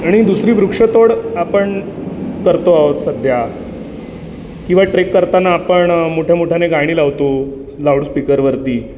आणि दुसरी वृक्षतोड आपण करतो आहीत सध्या किंवा ट्रेक करताना आपण मोठ्यामोठ्याने गाणी लावतो स लाऊडस्पीकरवरती